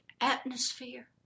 atmosphere